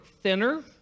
thinner